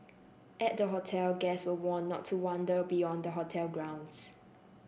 at the hotel guests were warned not to wander beyond the hotel grounds